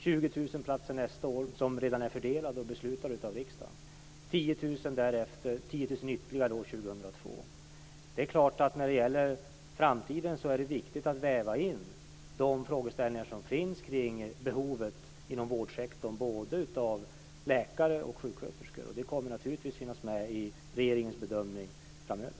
20 000 platser nästa år, som redan är fördelade och beslutade av riksdagen, 10 000 därefter och 10 000 ytterligare år 2002. När det gäller framtiden är det viktigt att väva in de frågeställningar som finns kring behovet inom vårdsektorn, både av läkare och av sjuksköterskor. Det kommer naturligtvis att finnas med i regeringens bedömning framöver.